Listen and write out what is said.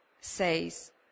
says